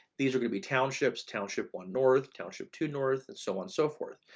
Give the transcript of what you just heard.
these are gonna be townships. township one north township two north and so on, so forth.